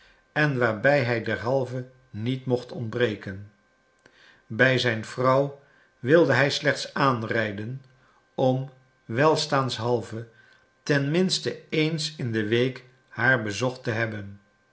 en waarbij hij derhalve niet mocht ontbreken bij zijn vrouw wilde hij slechts aanrijden om welstaanshalve ten minste eens in de week haar bezocht te hebben